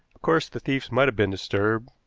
of course the thieves might have been disturbed,